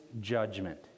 judgment